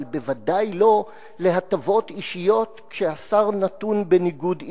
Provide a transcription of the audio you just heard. אבל בוודאי לא להטבות אישיות כשהשר נתון בניגוד עניינים.